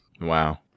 Wow